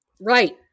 right